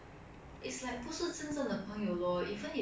camp was a great way to make friends with